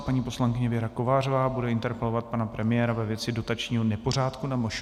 Paní poslankyně Věra Kovářová bude interpelovat pana premiéra ve věci dotačního nepořádku na MŠMT.